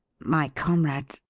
my comrade,